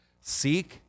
seek